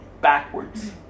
backwards